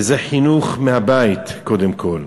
וזה חינוך מהבית קודם כול.